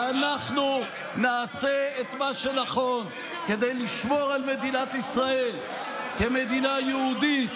ואנחנו נעשה את מה שנכון כדי לשמור על מדינת ישראל כמדינה יהודית,